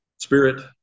spirit